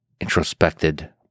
introspected